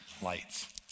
lights